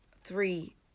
three